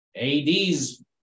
ADs